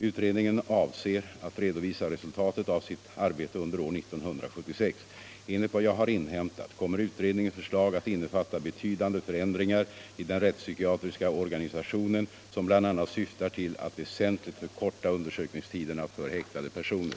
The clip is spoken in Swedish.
Utredningen avser att redovisa resultatet av sitt arbete under år 1976. Enligt vad jag har inhämtat kommer utredningens förslag att innefatta betydande förändringar i den rättspsykiatriska organisationen, som bl.a. syftar till att väsentligt förkorta undersökningstiderna för häktade personer.